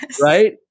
right